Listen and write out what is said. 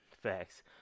Facts